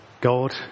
God